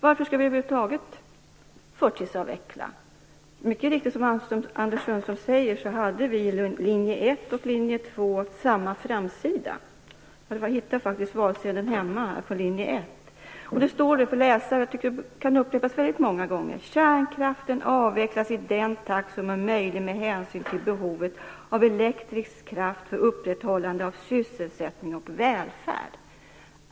Varför skall vi över huvud taget förtidsavveckla? Som Anders Sundström mycket riktigt säger hade linje 1 och linje 2 samma framsida. Jag hittade faktiskt linje 1:s valsedel hemma, och jag skall läsa vad som står - jag tycker att det kan upprepas många gånger: Kärnkraften avvecklas i den takt som är möjlig med hänsyn till behovet av elektrisk kraft för upprätthållande av sysselsättning och välfärd.